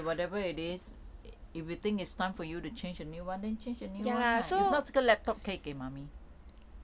okay whatever it is if we think it's time for you to change a new [one] then if not 这个 laptop 可以给 mummy